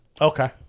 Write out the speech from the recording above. Okay